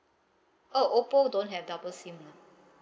oh oppo don't have double SIM ah